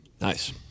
Nice